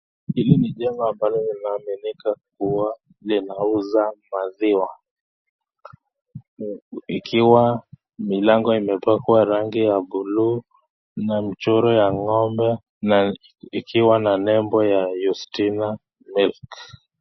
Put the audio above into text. Hili ni jengo ambalo linaaminika kuwa linauza maziwa ikiwa milango imepakwa rangi wa bluu, na michoro ya ng'ombe na ikiwa na nembo ya yustila [milk].